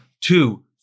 two